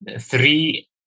three